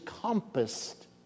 compassed